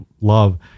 love